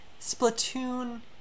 Splatoon